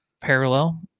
parallel